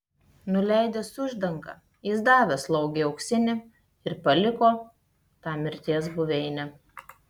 nuleidęs uždangą jis davė slaugei auksinį ir paliko tą mirties buveinę